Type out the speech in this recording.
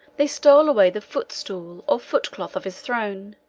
they stole away the footstool or foot-cloth of his throne,